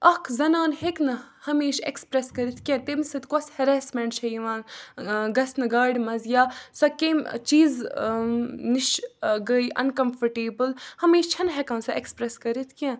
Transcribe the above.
اَکھ زَنان ہیٚکہِ نہٕ ہمیشہِ ایٚکٕسپرٛیٚس کٔرِتھ کیٚنٛہہ تٔمِس سۭتۍ کۄس ہیٚریسمیٚنٛٹ چھِ یِوان ٲں گَژھنہٕ گاڑِ منٛز یا سۄ کمہِ چیٖزِ ٲں نِش گٔے اَن کَمفٲرٹیبٕل ہمیشہِ چھَنہٕ ہیٚکان سۄ ایٚکٕسپرٛیٚس کٔرِتھ کیٚنٛہہ